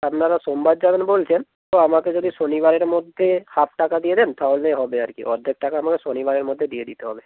আপনারা সোমবার যাবেন বলছেন তো আমাকে যদি শনিবারের মধ্যে হাফ টাকা দিয়ে দেন তাহলে হবে আর কি অর্ধেক টাকা আমাকে শনিবারের মধ্যে দিয়ে দিতে হবে